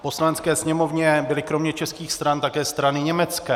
V Poslanecké sněmovně byly kromě českých stran také strany německé.